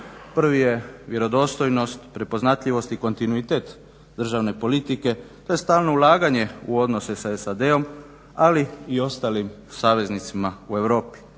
Prvi je vjerodostojnost, prepoznatljivost i kontinuitet državne politike. To je stalno ulaganje u odnose sa SAD-om, ali i ostalim saveznicima u Europi